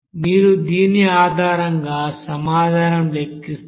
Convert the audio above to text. మీరు దీని ఆధారంగా సమాధానం లెక్కిస్తే